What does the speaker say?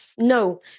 no